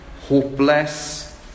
hopeless